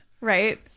Right